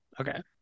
Okay